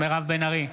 מירב בן ארי,